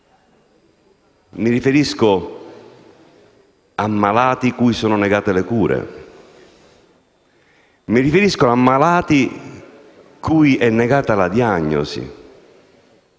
Mi riferisco a malati cui sono negate le cure; mi riferisco a malati cui è negata la diagnosi;